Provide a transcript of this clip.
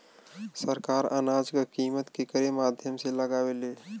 सरकार अनाज क कीमत केकरे माध्यम से लगावे ले?